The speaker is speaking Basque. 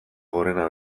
gorena